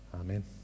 Amen